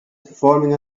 forming